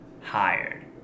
hired